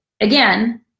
Again